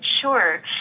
Sure